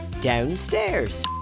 Downstairs